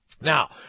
Now